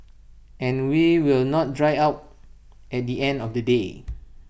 and we will not dry out at the end of the day